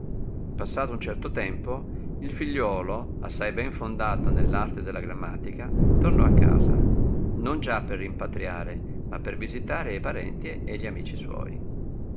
passato un certo tempo il figliuolo assai ben fondato nell'arte della grammatica tornò a casa non già per rimpatriare ma per visitare e parenti e gli amici suoi